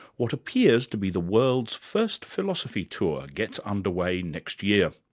what appears to be the world's first philosophy tour gets under way next year.